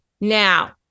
Now